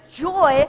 joy